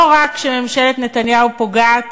לא רק שממשלת נתניהו פוגעת